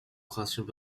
classroom